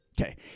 Okay